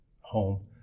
home